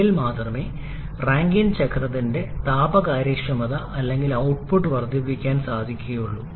എങ്കിൽ മാത്രമേ റാങ്കൈൻ ചക്രത്തിന്റെ പാപ കാര്യക്ഷമത അല്ലെങ്കിൽ ഔട്ട്പുട്ട് വർദ്ധിപ്പിക്കാൻ സാധിക്കുകയുള്ളൂ